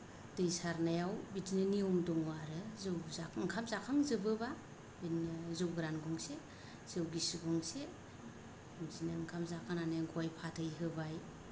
दै सारनायाव बिदिनो नियम दङ आरो जौ जों ओंखाम जाखांजोबो बा बिदिनो जौ गोरान गंसे जौ गिसि गंसे बिदिनो ओंखाम जाखानानै गय फाथै होबाय